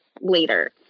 later